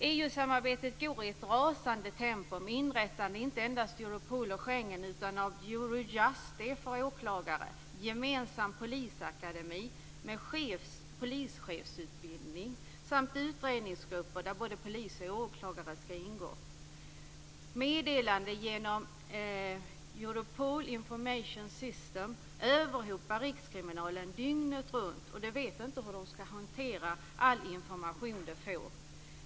EU-samarbetet går i ett rasande tempo med inrättande av inte endast Europol och Schengen, utan också av Eurojust för åklagare, en gemensam polisakademi med polischefsutbildning samt utredningsgrupper där både polis och åklagare ska ingå. Meddelanden genom Europol Information System överhopar rikskriminalen dygnet runt, och där vet man inte hur man ska hantera all information man får.